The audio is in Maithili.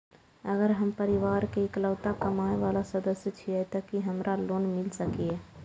अगर हम परिवार के इकलौता कमाय वाला सदस्य छियै त की हमरा लोन मिल सकीए?